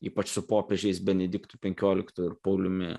ypač su popiežiais benediktu penkioliktuoju ir pauliumi